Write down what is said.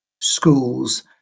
schools